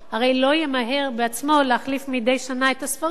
הרי לא ימהר בעצמו להחליף מדי שנה את הספרים,